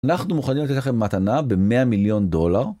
אנחנו מוכנים לתת לכם מתנה ב-100 מיליון דולר.